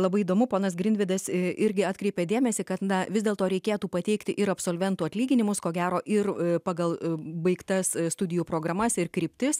labai įdomu ponas grinvydas irgi atkreipė dėmesį kad na vis dėlto reikėtų pateikti ir absolventų atlyginimus ko gero ir pagal baigtas studijų programas ir kryptis